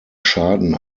schaden